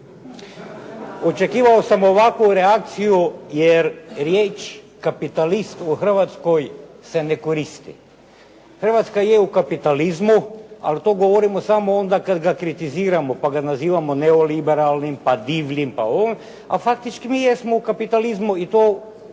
Očekivao sam ovakvu reakciju jer riječ kapitalist u Hrvatskoj se ne koristi. Hrvatska je u kapitalizmu ali to govorimo samo onda kad ga kritiziramo, pa ga nazivamo neoliberalnim, pa divljim a faktički mi jesmo u kapitalizmu i to samo